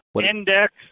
Index